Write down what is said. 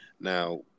Now